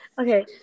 okay